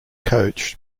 coach